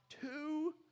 two